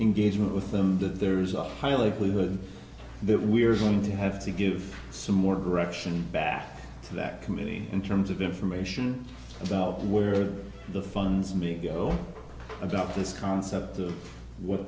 engagement with them that there is a highly likely hood that we are going to have to give some more reaction back to that committee in terms of information about where the funds may go adopt this concept of what